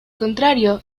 contrario